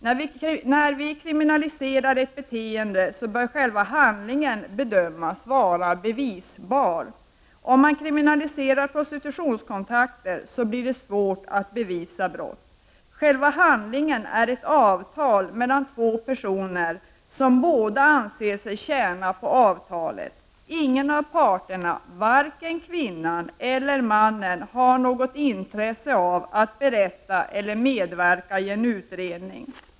När ett beteende kriminaliseras bör själva handlingen bedömas vara bevisbar. Om man kriminaliserar prostitutionskontakter blir det svårt att bevisa brott. Själva handlingen är ett avtal mellan två personer som båda anser sig tjäna på avtalet. Ingen av parterna, vare sig kvinnan eller mannen, har något intresse av att berätta eller medverka i en utredning.